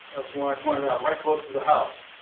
that's the one i pointed out. right close to the house.